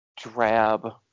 drab